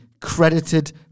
credited